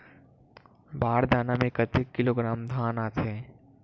बार दाना में कतेक किलोग्राम धान आता हे?